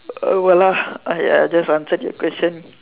oh I just answered your question